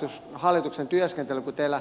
tämä hallituksen työskentely on aika koomista kun teillä